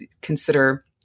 consider